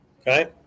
okay